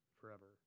forever